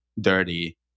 dirty